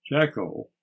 Jacko